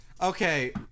Okay